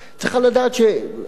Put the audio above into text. צריכה לדעת: א.